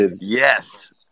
Yes